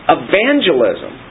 evangelism